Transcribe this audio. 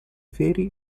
veri